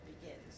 begins